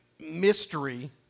mystery